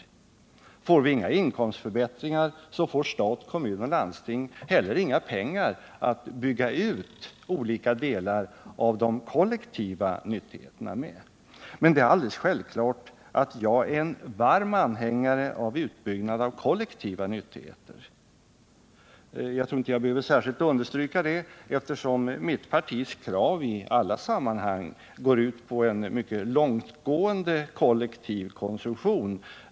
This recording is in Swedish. Det är i stället så att om vi inte får några inkomstförbättringar, så får stat, kommun och landsting heller inga pengar för att bygga ut olika delar av de kollektiva nyttigheterna. Det är alldeles självklart att jag är en varm anhängare av utbyggnad av kollektiva nyttigheter. Jag tror inte att jag behöver särskilt understryka det, eftersom mitt partis krav i alla sammanhang går ut på en mycket långtgående kollektiv konsumtion.